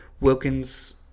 Wilkins